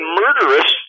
murderous